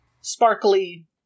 sparkly